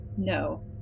No